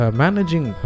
managing